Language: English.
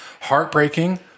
heartbreaking